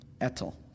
Etel